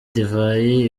divayi